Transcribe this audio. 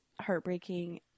heartbreaking